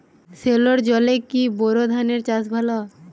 সেলোর জলে কি বোর ধানের চাষ ভালো?